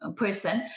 person